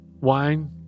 wine